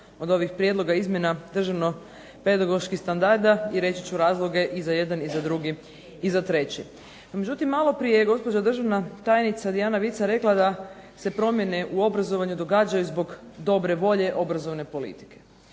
od ovih prijedloga izmjena državno pedagoških standarda i reći ću razloge i za jedan i za drugi i za treći. No međutim, maloprije je gospođa državna tajnica Dijana Vica rekla da se promjene u obrazovanju događaju zbog dobre volje obrazovne politike.